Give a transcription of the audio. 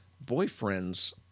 boyfriend's